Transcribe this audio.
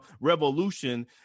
revolution